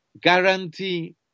guarantee